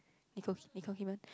Nicole-Kid~ Nicole-Kidman